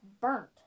burnt